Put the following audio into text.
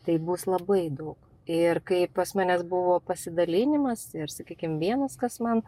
tai bus labai daug ir kai pas mane buvo pasidalinimas ir sakykim vienas kas man